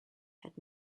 had